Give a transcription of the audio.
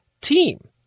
team